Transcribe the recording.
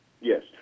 Yes